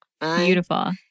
Beautiful